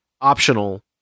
optional